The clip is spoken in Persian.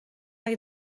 اگه